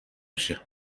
باشه